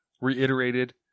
reiterated